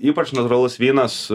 ypač natūralus vynas